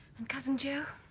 and cousin jo